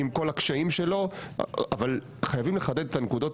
עם כול הקשיים שלו אבל חייבים לחדד את הנקודות